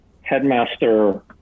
headmaster